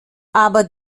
aber